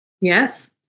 Yes